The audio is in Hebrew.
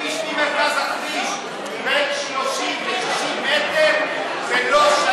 ממרכז הכביש בין 30 ל-60 מטר זה לא שייך,